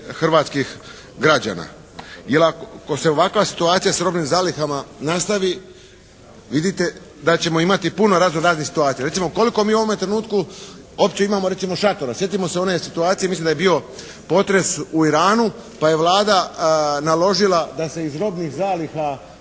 hrvatskih građana. Jer ako se ovakva situacija s robnim zalihama nastavi vidite da ćemo imati puno razno raznih situacija. Recimo koliko mi u ovome trenutku uopće imamo recimo šatora? Sjetimo se one situacije mislim da je bio potres u Iranu pa je Vlada naložila da se iz robnih zaliha